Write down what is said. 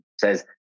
says